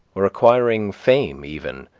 or acquiring fame even,